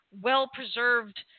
well-preserved